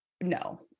no